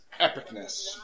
epicness